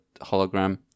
hologram